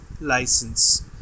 license